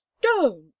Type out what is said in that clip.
don't